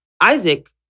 Isaac